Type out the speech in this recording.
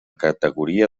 categoria